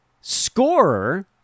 scorer